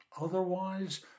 Otherwise